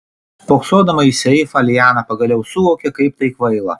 spoksodama į seifą liana pagaliau suvokė kaip tai kvaila